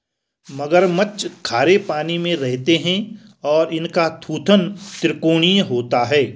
मगरमच्छ खारे पानी में रहते हैं और इनका थूथन त्रिकोणीय होता है